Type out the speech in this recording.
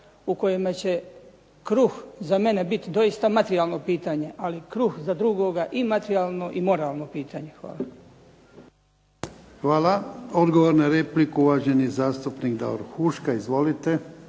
u kojima će kruh za mene biti doista materijalno pitanje, ali kruh za drugoga i materijalno i moralno pitanje. Hvala. **Jarnjak, Ivan (HDZ)** Hvala. Odgovor na repliku uvaženi zastupnik Davor Huška. Izvolite.